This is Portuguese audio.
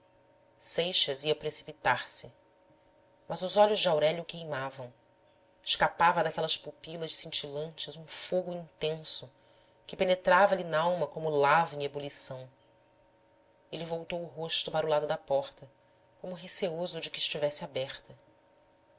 homem seixas ia precipitar-se mas os olhos de aurélia o queimavam escapava daquelas pupilas cintilantes um fogo intenso que penetrava lhe nalma como lava em ebulição ele voltou o rosto para o lado da porta como receoso de que estivesse aberta